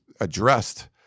addressed